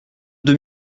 deux